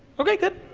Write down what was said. okay, good,